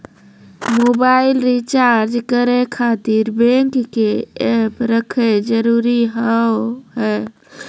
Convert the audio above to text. Mobile recharge करे खातिर bank के ऐप रखे जरूरी हाव है?